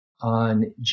On